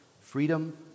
freedom